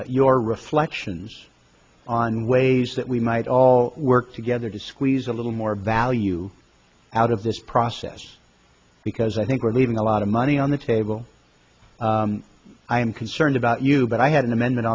perhaps your reflections on ways that we might all work together to squeeze a little more value out of this process because i think we're leaving a lot of money on the table i am concerned about you but i had an amendment